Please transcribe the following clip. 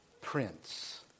Prince